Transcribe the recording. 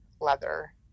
leather